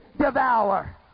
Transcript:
devour